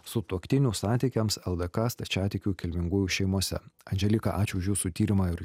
sutuoktinių santykiams ldk stačiatikių kilmingųjų šeimose andželika ačiū už jūsų tyrimą ir